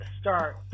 start